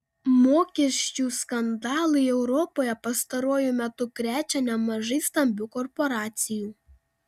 mokesčių skandalai europoje pastaruoju metu krečia nemažai stambių korporacijų